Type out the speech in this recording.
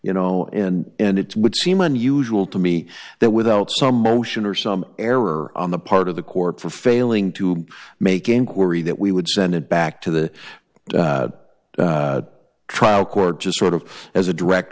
you know and it would seem unusual to me that without some motion or some error on the part of the court for failing to make inquiry that we would send it back to the trial court just sort of as a direct